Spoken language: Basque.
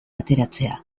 ateratzea